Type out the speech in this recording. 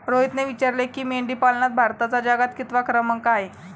रोहितने विचारले की, मेंढीपालनात भारताचा जगात कितवा क्रमांक आहे?